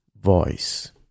voice